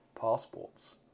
passports